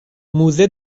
موزه